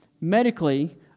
medically